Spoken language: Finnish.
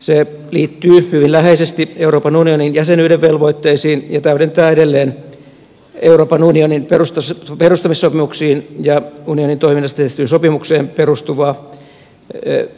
se liittyy hyvin läheisesti euroopan unionin jäsenyyden velvoitteisiin ja täydentää edelleen euroopan unionin perustamissopimuksiin ja unionin toiminnasta tehtyyn sopimukseen perustuvaa